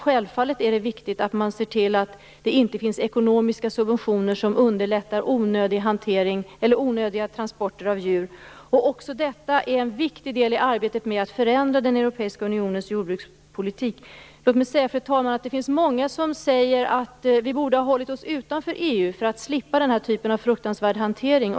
Självfallet är det viktigt att man ser till att det inte finns ekonomiska subventioner som underlättar onödiga transporter av djur. Också detta är en viktig del i arbetet med att förändra den europeiska unionens jordbrukspolitik. Fru talman! Många säger att vi borde ha hållit oss utanför EU för att slippa den här fruktansvära typen av hantering.